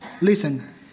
listen